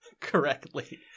correctly